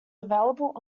available